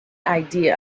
idea